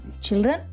children